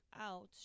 out